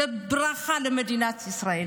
זו ברכה למדינת ישראל.